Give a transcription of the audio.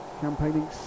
campaigning